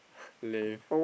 live